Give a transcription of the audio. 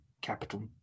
Capital